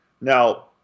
Now